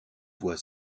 voie